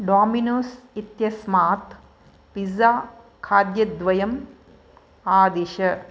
Domino's इत्यस्मात् pizza खाद्यद्वयम् आदिश